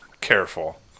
Careful